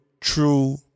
true